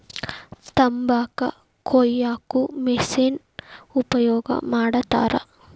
ತಂಬಾಕ ಕೊಯ್ಯಾಕು ಮಿಶೆನ್ ಉಪಯೋಗ ಮಾಡತಾರ